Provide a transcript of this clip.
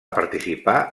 participar